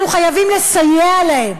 אנחנו חייבים לסייע להם.